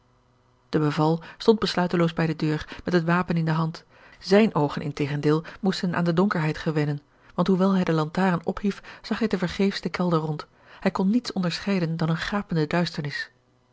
stond besluiteloos bij de deur met het wapen in de hand zijne oogen integendeel moesten aan de donkerheid gewennen want hoewel hij de lantaarn ophief zag hij te vergeefs den kelder rond hij kon niets onderscheiden dan eene gapende duisternis